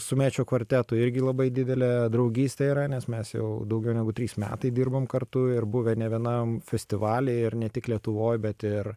su mečio kvartetu irgi labai didelė draugystė yra nes mes jau daugiau negu trys metai dirbom kartu ir buvę ne vienam festivaly ir ne tik lietuvoj bet ir